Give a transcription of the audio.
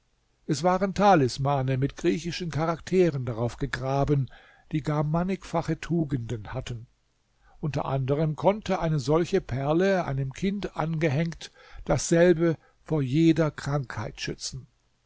es waren talismane mit griechischen charakteren darauf gegraben die gar mannigfache tugenden hatten unter anderem konnte eine solche perle einem kind angehängt dasselbe vor jeder krankheit schützen